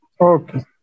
Okay